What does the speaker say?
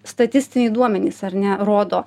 statistiniai duomenys ar ne rodo